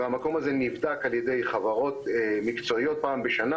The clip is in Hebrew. והמקום הזה נבדק על ידי חברות מקצועיות פעם בשנה